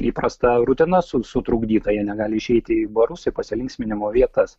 įprasta rutina su sutrukdyta jie negali išeiti į barus į pasilinksminimo vietas